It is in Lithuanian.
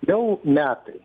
jau metai